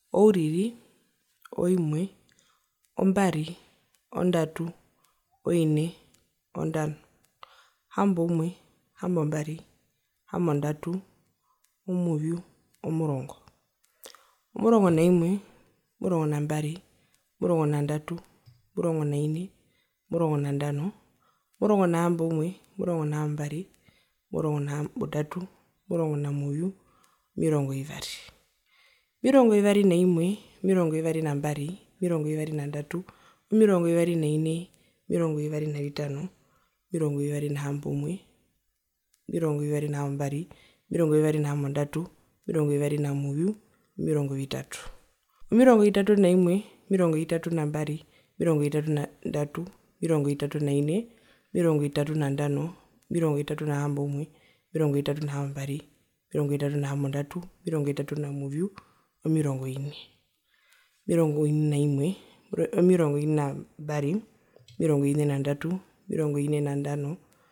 Ouriri, oimwe, ombaro, ondatu, oine, ondano, ohamboumwe, ohambombari. Ohambondatu, omuvyu, omurongo, omurongo naimwe, omurongo nambari, omurongo nandatu, omurongo naine, omurongo nandano, omurongo nahambouwe, omurongo nahambombari, omurongo nahambondatu, omurongo namuvyu, omirongo vivari, omirongo vivari naimwe, omirongo vivari nambari, omirongo vivari nandatu, omirongo vivari naine, omirongo vivari nandano, omirongo vivari nahamboumwe, omirongo vivari nahambondatu, omirongo vivari namuvyu, omirongo vitatu. Omirongo vitatu naimwe, omirongo vitatu nambari, omirongo vitatu nandatu, omirongo vitatu naine, omirongo vitatu nandano, omirongo vitatu nandano, omirongo vitatu nahamboumwe, omirongo vitatu nahambombari, omirongo vitatu nahambondatu, omirongo vitatu namuvyu, omirongo vine. Omirongo vine naimwe, omirongo vine nambari, omirongo vine nandatu, omirongo vine naine, omirongo vine nandano.